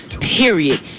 period